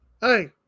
Hey